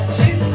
two